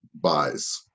buys